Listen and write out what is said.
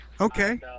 Okay